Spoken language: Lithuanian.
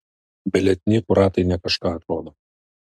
be lietnykų ratai ne kažką atrodo